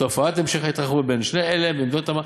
תופעת המשך ההתרחבות בין שני אלה במדינות המערב,